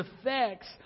effects